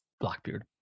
Blackbeard